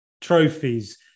trophies